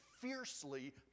fiercely